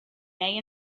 may